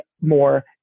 more